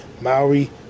Maori